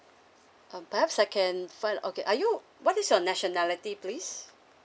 uh perhaps I can find okay are you what is your nationality please